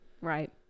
right